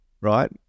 Right